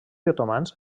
otomans